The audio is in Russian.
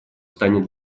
станет